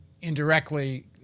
indirectly